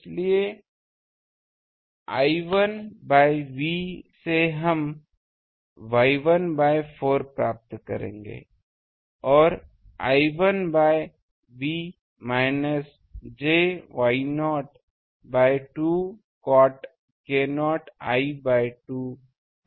इसलिए I1 by V से हम Y1बाय 4 प्राप्त करेंगे और I2 by V minus j Y0 by 2 cot k0 l by 2 है